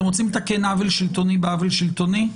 אתם רוצים לתקן עוול שלטוני בעוול שלטוני?